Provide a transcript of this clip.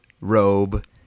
robe